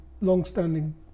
long-standing